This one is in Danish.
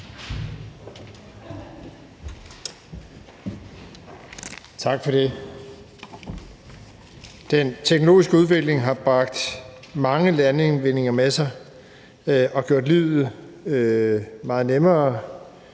Tak for det. Den teknologiske udvikling har bragt mange landvindinger med sig og gjort livet meget nemmere